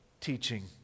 teaching